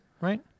right